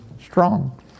strong